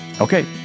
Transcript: Okay